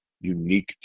unique